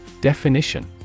Definition